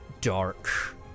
dark